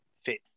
fit